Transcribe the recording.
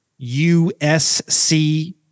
USC